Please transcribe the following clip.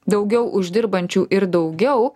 daugiau uždirbančių ir daugiau